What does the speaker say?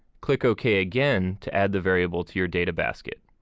click ok again to add the variable to your databasket.